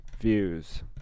views